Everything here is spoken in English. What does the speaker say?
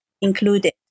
included